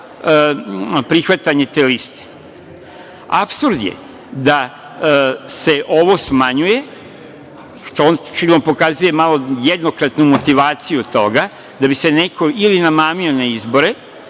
prihvatanje te liste. Apsurd je da se ovo smanjuje, što očigledno pokazuje jednokratnu motivaciju toga, da bi se neko ili namamio na izbore,